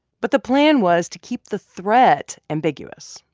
but the plan was to keep the threat ambiguous.